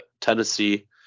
Tennessee